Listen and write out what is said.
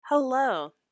Hello